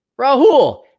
Rahul